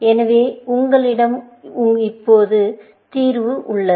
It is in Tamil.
எனவே உங்களிடம் இப்போது தீர்வு உள்ளது